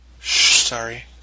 sorry